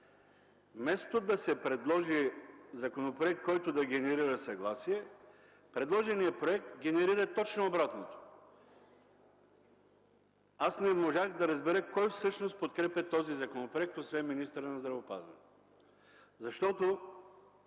Вместо да се предложи законопроект, който да генерира съгласие, предложеният проект генерира точно обратното. Аз не можах да разбера кой всъщност подкрепя този законопроект, освен министъра на здравеопазването? Защото